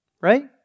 Right